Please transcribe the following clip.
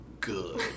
good